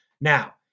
Now